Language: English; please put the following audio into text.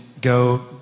go